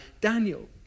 Daniel